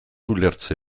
ulertze